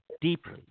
deeply